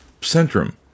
Centrum